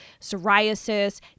psoriasis